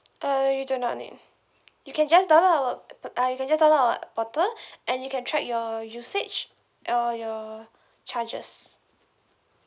uh you do not need you can just download our uh you can just download our portal and you can track your usage or your charges